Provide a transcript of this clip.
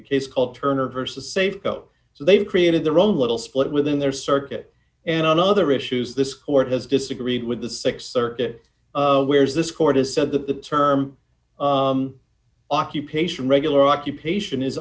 a case called turner versus safeco so they've created their own little split within their circuit and on other issues this court has disagreed with the six circuit of where is this court has said that the term occupation regular occupation is